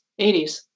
80s